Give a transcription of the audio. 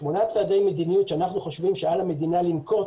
שמונה צעדי מדיניות שאנחנו חושבים שעל המדינה לנקוט